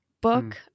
book